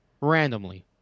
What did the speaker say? randomly